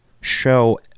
show